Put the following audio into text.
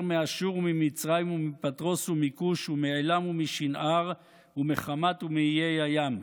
מאשור וממצרים ומפתרוס ומכוש ומעילם ומשנער ומחמת ומאיי הים.